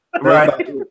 Right